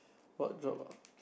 what job ah